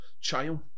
child